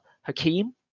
Hakeem